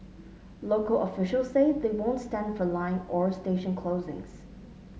local official say they won't stand for line or station closings